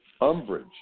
umbrage